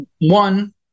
One